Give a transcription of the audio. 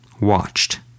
watched